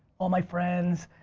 all my friends,